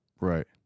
Right